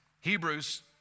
Hebrews